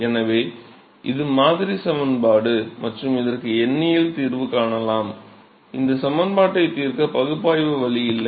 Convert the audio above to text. எனவே இது மாதிரி சமன்பாடு மற்றும் இதற்கு எண்ணியல் தீர்வு காணலாம் இந்த சமன்பாட்டை தீர்க்க பகுப்பாய்வு வழி இல்லை